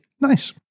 Nice